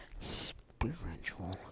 spiritual